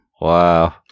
Wow